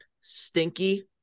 stinky